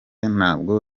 ntabwo